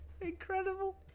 Incredible